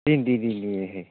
দিম দিম দিম হেৰি